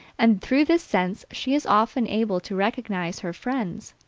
and through this sense she is often able to recognize her friends.